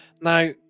Now